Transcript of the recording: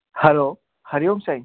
hello हरिओम साईं